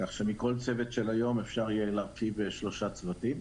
כך שמכל צוות של היום אפשר יהיה להרכיב שלושה צוותים.